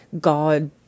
god